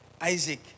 Isaac